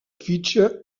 fitxa